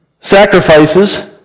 Sacrifices